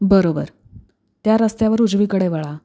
बरोबर त्या रस्त्यावर उजवीकडे वळा